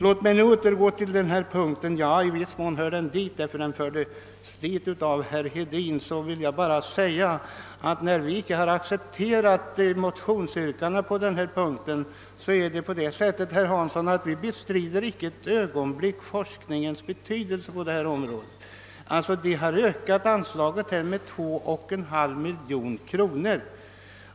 Jag vill återgå till förevarande punkt, som i viss mån även berördes av herr Hedin, och framhålla att vi när vi icke velat tillstyrka motionsyrkandena icke för ett ögonblick, herr Hansson i Skegrie, velat bestrida forskningens betydelse på detta område. Vi har varit med om att öka anslaget med 2,5 miljoner kronor.